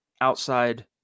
outside